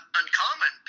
uncommon